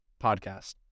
podcast